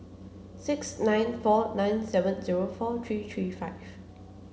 six nine four nine seven zero four three three five